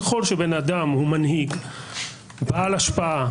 ככל שבן אדם או מנהיג בעל השפעה,